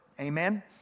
Amen